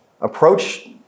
approach